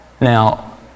Now